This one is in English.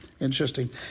Interesting